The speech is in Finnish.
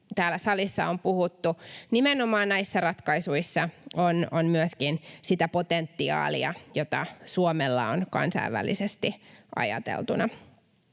täällä salissa on hyvin puhuttu. Nimenomaan näissä ratkaisuissa on myöskin sitä potentiaalia, jota Suomella on kansainvälisesti ajateltuna.